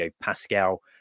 Pascal